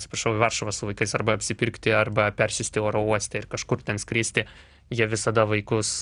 atsiprašau į varšuvą su vaikais arba apsipirkti arba persėsti oro uoste ir kažkur ten skristi jie visada vaikus